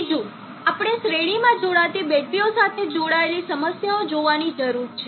ત્રીજું આપણે શ્રેણીમાં જોડાતી બેટરીઓ સાથે જોડાયેલી સમસ્યાઓ જોવાની જરૂર છે